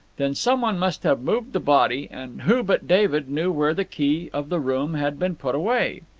then some one must have moved the body, and who but david knew where the key of the room had been put away?